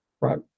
right